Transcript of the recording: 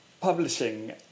Publishing